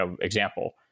example